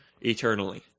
eternally